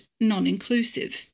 non-inclusive